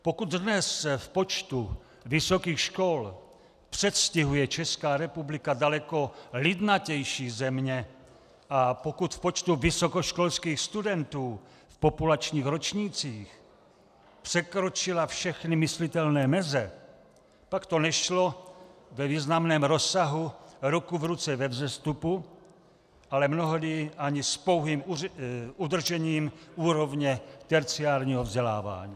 Pokud dnes v počtu vysokých škol předstihuje Česká republika daleko lidnatější země a pokud v počtu vysokoškolských studentů v populačních ročnících překročila všechny myslitelné meze, tak to nešlo ve významném rozsahu ruku v ruce ve vzestupu, ale mnohdy ani s pouhým udržením úrovně terciárního vzdělávání.